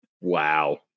Wow